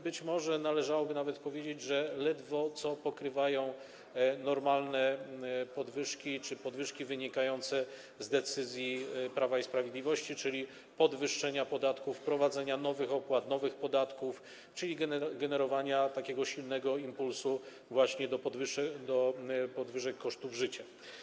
Być może należałoby nawet powiedzieć, że one ledwo co pokrywają normalne podwyżki czy podwyżki wynikające z decyzji Prawa i Sprawiedliwości, czyli podwyższenia podatków, wprowadzenia nowych opłat, nowych podatków - generowania silnego impulsu właśnie do podwyżek kosztów życia.